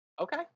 Okay